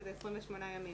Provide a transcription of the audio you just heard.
שזה 28 ימים.